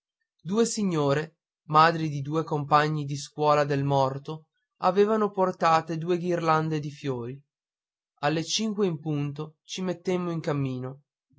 due signore madri di due compagni di scuola del morto avevano portato due ghirlande di fiori alle cinque in punto ci mettemmo in cammino